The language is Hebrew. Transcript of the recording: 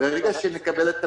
ברגע שנקבל את המימון,